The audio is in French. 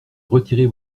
retirer